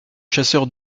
chasseur